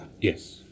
Yes